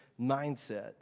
mindset